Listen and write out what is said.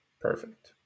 perfect